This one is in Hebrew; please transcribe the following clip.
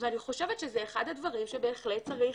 ואני חושבת שזה אחד הדברים שבהחלט צריך